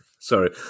Sorry